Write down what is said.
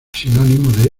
sinónimo